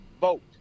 vote